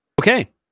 Okay